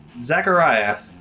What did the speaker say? Zachariah